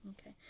okay